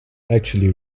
actually